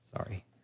sorry